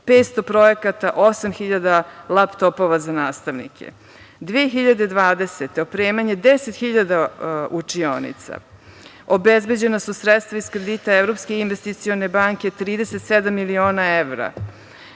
500 projekata, 8.000 laptopova za nastavnike. Godine 2020. opremanje 10.000 učionica, obezbeđena su sredstva iz kredita Evropske investicione banke od 37 miliona evra.